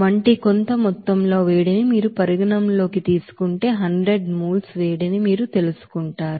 వంటి కొంత మొత్తంలో వేడిని మీరు పరిగణనలోకి తీసుకుంటే 100 mole వేడిని మీరు తెలుసుకుంటారు